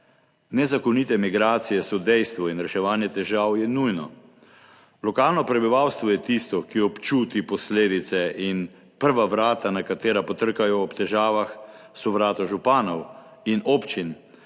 Nezakonite migracije so dejstvo in reševanje težav je nujno. Lokalno prebivalstvo je tisto, ki občuti posledice in prva vrata, na katera potrkajo ob težavah, so vrata županov in občin,